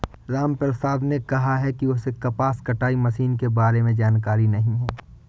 रामप्रसाद ने कहा कि उसे कपास कटाई मशीन के बारे में जानकारी नहीं है